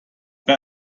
bei